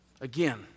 Again